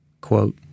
Quote